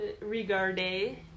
Regarde